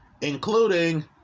including